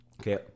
okay